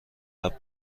قبل